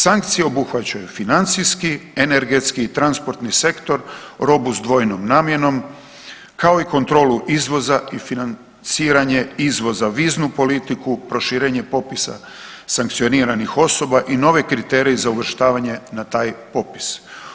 Sankcije obuhvaćaju financijski, energetski i transportni sektor, robu s dvojnom namjenom, kao i kontrolu izvoza i financiranje izvoza viznu politiku, proširenje popisa sankcioniranih osoba i nove kriterije za uvrštavanje na taj popis.